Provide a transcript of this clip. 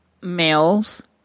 males